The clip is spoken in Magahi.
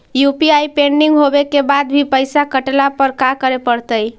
यु.पी.आई पेंडिंग होवे के बाद भी पैसा कटला पर का करे पड़तई?